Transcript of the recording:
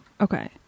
Okay